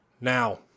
Now